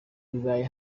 bibaye